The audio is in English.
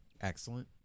excellent